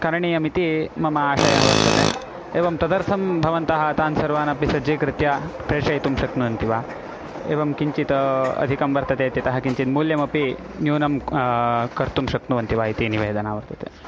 करणीयमिति मम आशयः वर्तते एवं तदर्थं भवन्तः तान् सर्वान् अपि सज्जीकृत्य प्रेषयितुं शक्नुवन्ति वा एवं किञ्चित् अधिकं वर्तते इत्यतः किञ्चित् मूल्यमपि न्यूनं कर्तुं शक्नुवन्ति वा इति निवेदना वर्तते